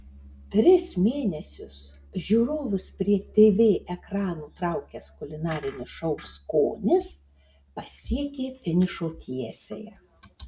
tris mėnesius žiūrovus prie tv ekranų traukęs kulinarinis šou skonis pasiekė finišo tiesiąją